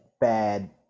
bad